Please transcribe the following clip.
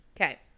Okay